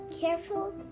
careful